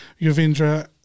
Yuvendra